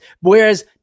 Whereas